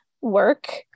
work